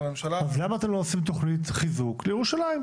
אז למה אתם לא עושים תכנית חיזוק לירושלים,